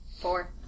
Four